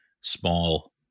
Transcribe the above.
small